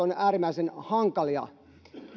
on äärimmäisen hankala